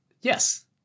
Yes